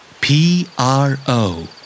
P-R-O